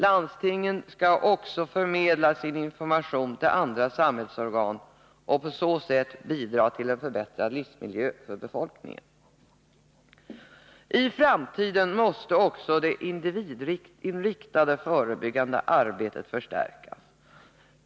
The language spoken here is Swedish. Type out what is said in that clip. Landstingen skall också förmedla sin information till andra samhällsorgan och på så sätt bidra till en förbättrad livsmiljö för befolkningen. Även det individinriktade förebyggande arbetet måste i framtiden förstärkas.